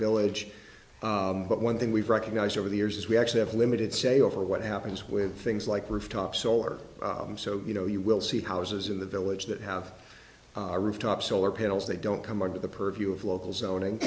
village but one thing we've recognized over the years is we actually have limited say over what happens with things like rooftop solar so you know you will see houses in the village that have rooftop solar panels they don't come under the purview of local zoning